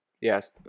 Yes